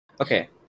Okay